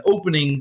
opening